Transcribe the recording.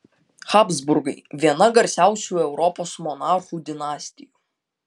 habsburgai viena garsiausių europos monarchų dinastijų